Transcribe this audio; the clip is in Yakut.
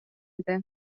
этэ